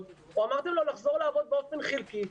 או אמרתם לו לחזור לעבוד באופן חלקי,